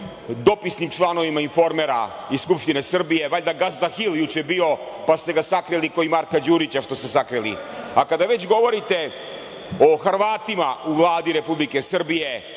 dopisnim članovima „Informera“ iz Skupštine Srbije. Valjda gazda Hil juče bio, pa ste ga sakrili, ko i Marka Đurića što ste sakrili. Kada već govorite o Hrvatima u Vladi Republike Srbije,